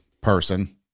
person